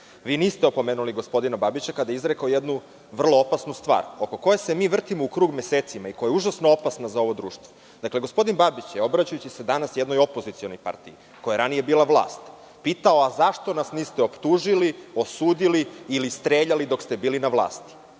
niste opomenuli gospodina Babića kada je izrekao jednu vrlo opasnu stvar oko koje se mi vrtimo u krug mesecima i koja je užasno opasna za ovo društvo. Dakle, gospodin Babić je obraćajući se danas jednoj opozicionoj partiji koja je ranije bila vlast pitala - zašto nas niste optužili, osudili ili streljali dok ste bili na vlasti.